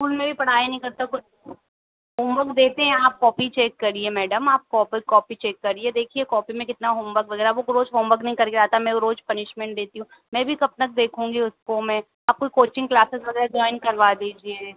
school में भी पढ़ाई नहीं करता कोई होमवर्क देते हैं आप कॉपी चेक करिए मैडम आप प्रॉपर कॉपी चेक करिए देखिए कॉपी में कितना होमवर्क वगैरह वो रोज होमवर्क नहीं करके लाता मैं रोज पनिशमेंट देती हूँ मैं भी कब तक देखूँगी उसको मैं आप कोई कोचिंग क्लासेस वगैरह जॉइन करवा दीजिए